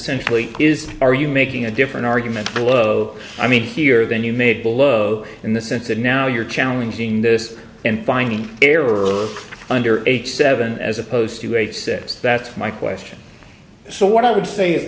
essentially is are you making a different argument blow i mean here than you made below in the sense that now you're challenging this and finding error under eight seven as opposed to eight six that's my question so what i would say is